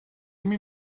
imi